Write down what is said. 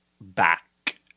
back